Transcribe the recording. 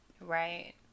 right